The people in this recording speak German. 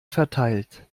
verteilt